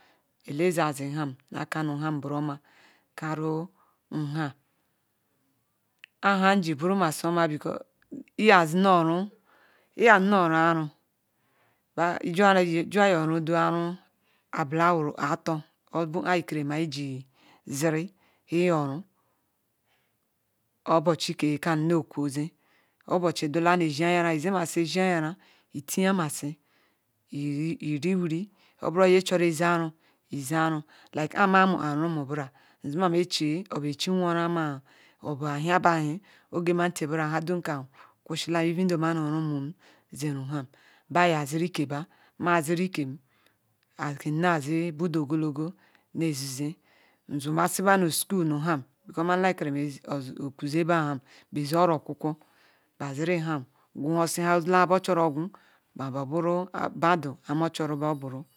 elazia zi ham naka nu ham borooma karu aham ji buru masi oma because iyazi noh aru ru diwa jor judu aru abali boh ater bu obuchi eula ne oji ari ra izi mazi oji ari-ja itia masi iri-wuri oburu nye chrro eje anu uze anu like ah mahara umu nbara nzema neche obu ochi nwarama obu haba ahu ihemati even though mena umu zeruham bah zah ziri keba mah ziri kem ake nazi budu ogologo nezeze nzuma si ba nu school nu ham beh ze oro-o kuko bah ziri ham gwu nhua chooo gwu wah bu lam badu nne chooo wa bu.